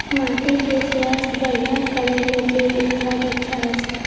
माटी के स्वास्थ्य बढ़िया करै ले जैविक खाद अच्छा होय छै?